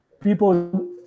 people